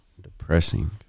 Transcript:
Depressing